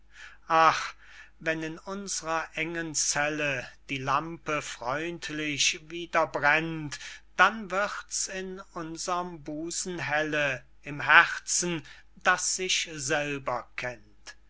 ach wenn in unsrer engen zelle die lampe freundlich wieder brennt dann wird's in unserm busen helle im herzen das sich selber kennt